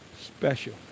special